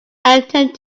attend